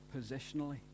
positionally